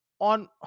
on